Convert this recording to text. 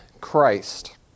Christ